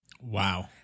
Wow